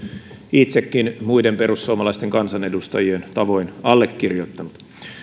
itsekin muiden perussuomalaisten kansanedustajien tavoin allekirjoittanut